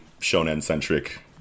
Shonen-centric